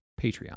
Patreon